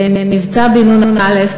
במבצע בן נון א',